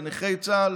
בנכי צה"ל,